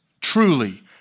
truly